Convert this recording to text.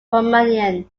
romanian